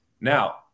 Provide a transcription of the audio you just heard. Now